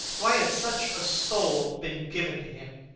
why had such a soul been given to him?